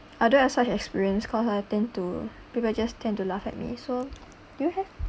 I don't have such experience because I tend to people just tend to laugh at me so do you have